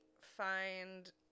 find